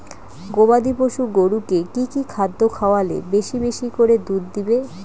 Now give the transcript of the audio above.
গবাদি পশু গরুকে কী কী খাদ্য খাওয়ালে বেশী বেশী করে দুধ দিবে?